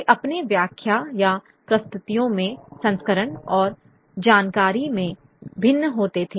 वे अपने व्याख्या या प्रस्तुतियों में संस्करण और जानकारी में भिन्न होते थे